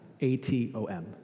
A-T-O-M